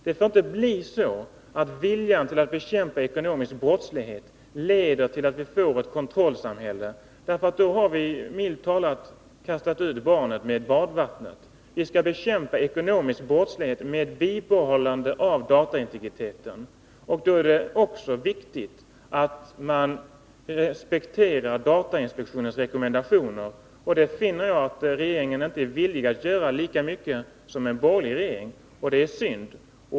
Det får inte bli så att viljan att bekämpa den ekonomiska brottsligheten leder till att vi får ett kontrollsamhälle. Då har vi ju, milt talat, kastat ut barnet med badvattnet. Vi skall bekämpa den ekonomiska brottsligheten med bibehållande av dataintegriteten. Då är det viktigt att respektera datainspektionens rekommendationer, och det finner jag att regeringen inte är villig att göra lika mycket som en borgerlig regering. Det är synd.